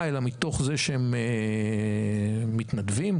כשנוח לנו אנחנו מודרניים,